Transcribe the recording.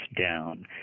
down